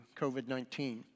COVID-19